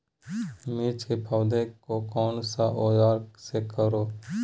मिर्च की पौधे को कौन सा औजार से कोरे?